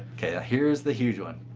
okay, here's the huge one.